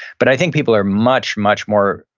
but i think people are much, much more,